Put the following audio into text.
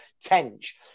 tench